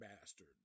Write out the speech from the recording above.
bastard